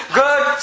good